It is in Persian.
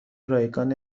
رایگان